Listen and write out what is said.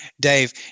Dave